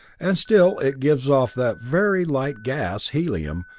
and still it gives off that very light gas, helium,